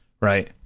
Right